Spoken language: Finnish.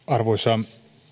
arvoisa